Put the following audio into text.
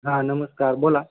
हां नमस्कार बोला